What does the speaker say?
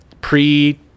Pre